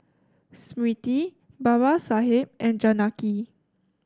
Smriti Babasaheb and Janaki